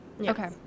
Okay